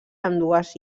ambdues